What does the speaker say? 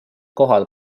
kohal